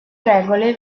regole